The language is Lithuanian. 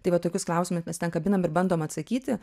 tai va tokius klausimus mes ten kabinam ir bandom atsakyti